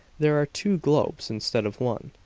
there are two globes, instead of one.